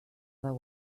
their